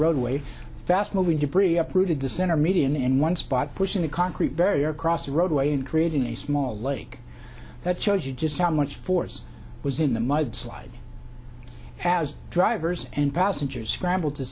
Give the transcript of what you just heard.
roadway fast moving debris uprooted the center median in one spot pushing a concrete barrier across the roadway and creating a small lake that shows you just how much force was in the mudslide has drivers and passengers scramble to